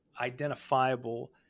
identifiable